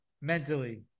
Mentally